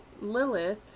Lilith